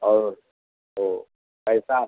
और तो पैसा